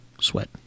sweat